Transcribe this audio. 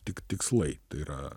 tik tik tikslai tai yra